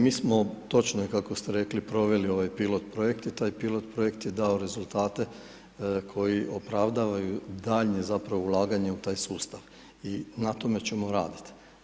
Mi smo, točno je kako ste rekli proveli ovaj pilot-projekt i taj pilot-projekt je dao rezultate koji opravdavaju daljnje zapravo ulaganje u taj sustav i na tome ćemo raditi.